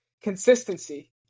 consistency